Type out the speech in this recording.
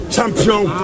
Champion